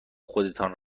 خودتان